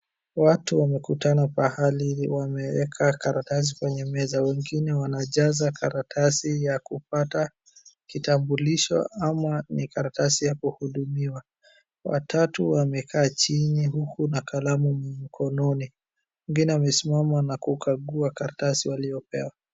Watu wamekutana pahali wameweka karatasi kwenye meza. Wengine wanajaza karatasi ya kupata kitambulkisho ama ni karatasi ya kuhudumiwa. Watatu wamekaa chini huku na kalamu mkonnoni wengine wamesimama na kukaua karatasi waliyopewa.